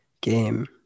game